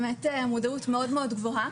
באמת,